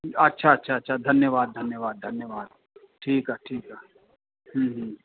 अच्छा अच्छा अच्छा धन्यवादु धन्यवादु धन्यवादु ठीकु आहे ठीकु आहे हम्म